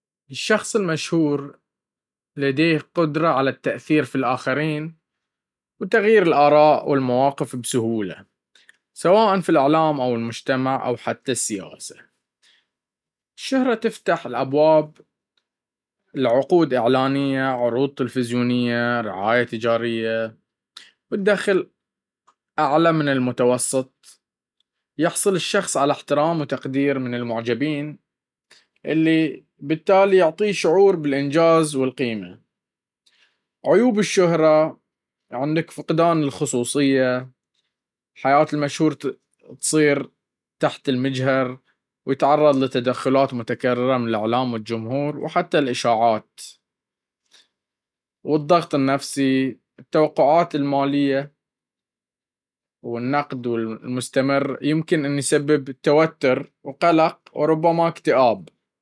الشخص المشهور لديه قدرة على التأثير في الآخرين وتغيير الآراء والمواقف بسهولة، سواء في الإعلام أو المجتمع أو حتى السياسة. الشهرة تفتح الأبواب لعقود إعلانية، عروض تلفزيونية، رعاية تجارية، ودخل أعلى من المتوسط. يحصل الشخص على احترام وتقدير من المعجبين، اللي بالتالي يعطيه الشعور بالإنجاز والقيمة عيوب الشهرة عندك فقدان الخصوصية حياة المشهور تصير تحت المجهر، ويتعرض لتدخلات متكررة من الإعلام والجمهور وحتى الإشاعات. والضغط النفسي التوقعات العالية والنقد المستمر يمكن أن يسبب توتر وقلق وربما اكتئاب.